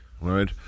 right